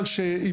החלת התוכנית,